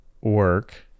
work